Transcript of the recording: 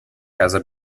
casa